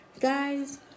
Guys